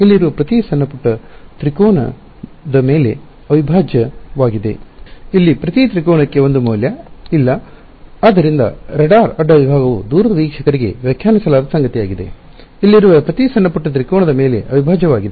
ಇಲ್ಲಿ ಪ್ರತಿ ತ್ರಿಕೋನಕ್ಕೆ ಒಂದು ಮೌಲ್ಯ ಇಲ್ಲ ಆದ್ದರಿಂದ ರಾಡಾರ್ ಅಡ್ಡ ವಿಭಾಗವು ದೂರದ ವೀಕ್ಷಕರಿಗೆ ವ್ಯಾಖ್ಯಾನಿಸಲಾದ ಸಂಗತಿಯಾಗಿದೆ ಇಲ್ಲಿರುವ ಪ್ರತಿ ಸಣ್ಣ ಪುಟ್ಟ ತ್ರಿಕೋನದ ಮೇಲೆ ಅವಿಭಾಜ್ಯವಾಗಿದೆ